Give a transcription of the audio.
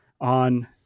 on